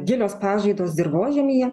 gilios pažaidos dirvožemyje